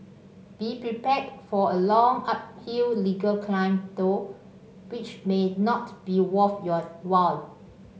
be prepared for a long uphill legal climb though which may not be worth your while